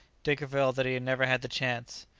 dick avowed that he had never had the chance.